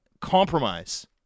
compromise